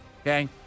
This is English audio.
okay